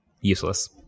useless